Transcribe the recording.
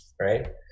Right